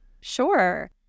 Sure